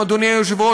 אדוני היושב-ראש,